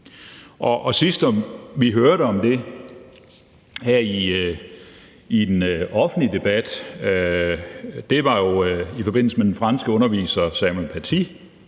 Sidst vi hørte om det i den offentlige debat, var jo i forbindelse med den franske underviser Samuel Paty,